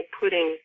putting